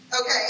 Okay